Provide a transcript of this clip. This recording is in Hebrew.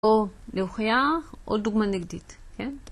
או להוכיח, או דוגמה נגדית, כן?